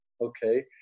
Okay